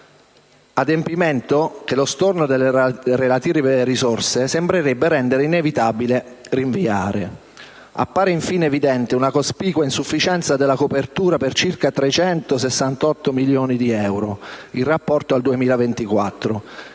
adempimento che lo storno delle relative risorse sembrerebbe rendere inevitabile rinviare. Appare infine evidente una cospicua insufficienza della copertura per circa 368 milioni di euro, in rapporto al 2024,